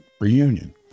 reunion